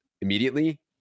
immediately